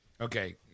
Okay